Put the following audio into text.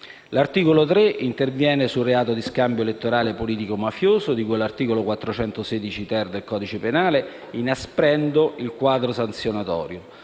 L'articolo 3 interviene sul reato di scambio elettorale politico-mafioso di cui all'articolo 416-*ter* del codice penale, inasprendo il quadro sanzionatorio.